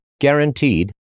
Guaranteed